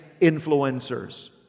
influencers